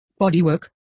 bodywork